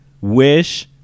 wish